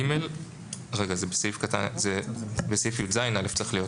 זה צריך להיות